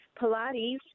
Pilates